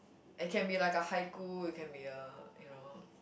it can be like a haiku it can be a you know